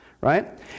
right